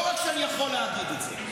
לא רק שאני יכול להגיד את זה,